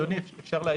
אדוני, אפשר להעיר?